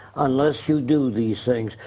unless you do these things.